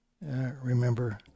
remember